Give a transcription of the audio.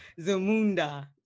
Zamunda